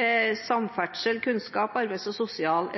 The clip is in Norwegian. hver, samferdsel, kunnskap, arbeids- og sosial